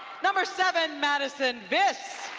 number seven, madison vis,